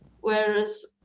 Whereas